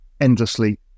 endlessly